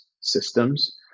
systems